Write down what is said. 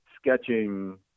sketching